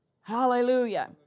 Hallelujah